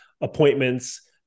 appointments